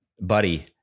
buddy